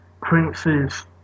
Prince's